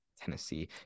Tennessee